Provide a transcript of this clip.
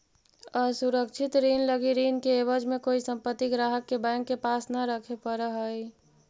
असुरक्षित ऋण लगी ऋण के एवज में कोई संपत्ति ग्राहक के बैंक के पास न रखे पड़ऽ हइ